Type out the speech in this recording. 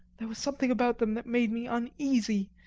there was something about them that made me uneasy,